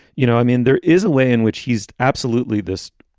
you know, i mean, there is a way in which he's absolutely this,